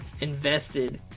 invested